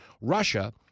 Russia